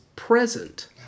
Present